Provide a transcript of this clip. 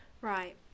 right